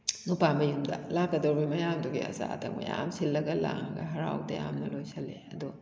ꯅꯨꯄꯥꯥ ꯃꯌꯨꯝꯗ ꯂꯥꯛꯀꯗꯧꯔꯤꯕ ꯃꯌꯥꯝꯗꯨꯒꯤ ꯑꯆꯥ ꯑꯊꯛ ꯃꯌꯥꯝ ꯁꯤꯜꯂꯒ ꯂꯥꯡꯂꯒ ꯍꯔꯥꯎ ꯇꯌꯥꯝꯅ ꯂꯣꯏꯁꯤꯜꯂꯤ ꯑꯗꯣ